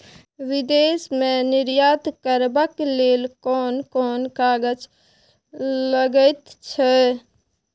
विदेश मे निर्यात करबाक लेल कोन कोन कागज लगैत छै